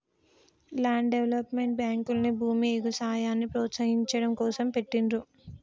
land development బ్యేంకుల్ని భూమి, ఎగుసాయాన్ని ప్రోత్సహించడం కోసం పెట్టిండ్రు